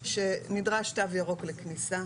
שנדרש תו ירוק בכניסה,